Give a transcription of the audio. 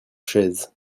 chaise